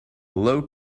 low